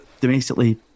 domestically